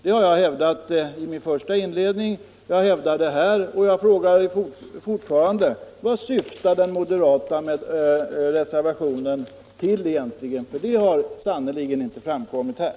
Det har jag hävdat i mitt första inlägg, och jag frågar fortfarande: Vad syftar egentligen den moderata reservationen till? Det har sannerligen inte framkommit här.